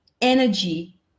energy